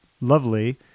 lovely